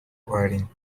wearing